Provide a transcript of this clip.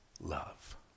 love